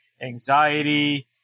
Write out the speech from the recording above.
anxiety